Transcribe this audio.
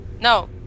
No